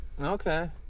Okay